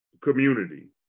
community